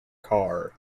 car